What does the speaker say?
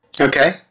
Okay